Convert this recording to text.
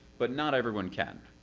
but not everyone can.